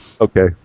Okay